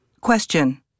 Question